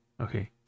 okay